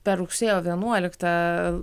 per rugsėjo vienuoliktą